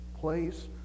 place